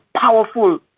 powerful